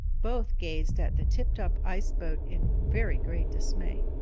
both gazed at the tipped-up ice boat in very great dismay.